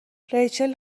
ریچل